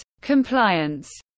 compliance